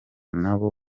nabo